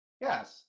Yes